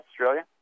Australia